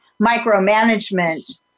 micromanagement